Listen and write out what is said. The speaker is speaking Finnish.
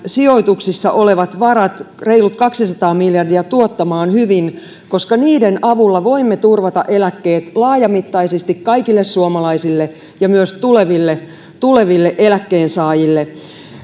sijoituksissa olevat varat reilut kaksisataa miljardia tuottamaan hyvin koska niiden avulla voimme turvata eläkkeet laajamittaisesti kaikille suomalaisille ja myös tuleville tuleville eläkkeensaajille